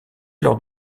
lors